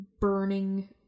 burning